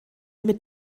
mit